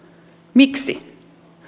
miksi